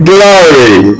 Glory